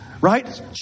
Right